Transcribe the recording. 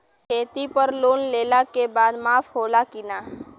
खेती पर लोन लेला के बाद माफ़ होला की ना?